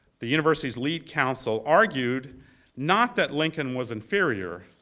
the university's lead counsel, argued not that lincoln was inferior,